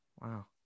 wow